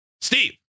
Steve